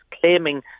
claiming